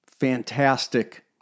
fantastic